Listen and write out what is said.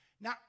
Now